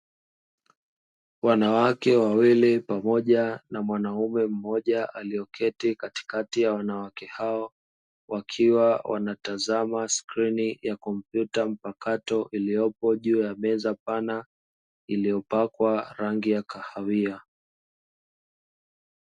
Wanawake wawili pamoja na mwanaume mmoja aliyeketi katikati ya wanawake hao, wakiwa wanatazama skrini ya kompyuta mpakato iliyopo juu ya meza pana iliyopakwa rangi ya kahawia.